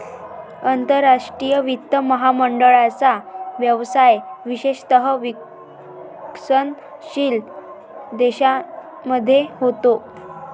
आंतरराष्ट्रीय वित्त महामंडळाचा व्यवसाय विशेषतः विकसनशील देशांमध्ये होतो